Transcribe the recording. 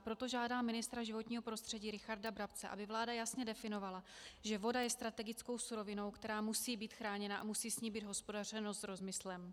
Proto žádám ministra životního prostředí Richarda Brabce, aby vláda jasně definovala, že voda je strategickou surovinou, která musí být chráněna a musí s ní být hospodařeno s rozmyslem.